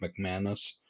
McManus